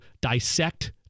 dissect